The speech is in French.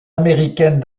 américaine